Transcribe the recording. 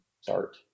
start